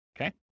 Okay